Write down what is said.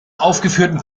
aufgeführten